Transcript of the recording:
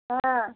हँ